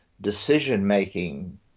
decision-making